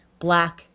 black